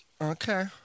Okay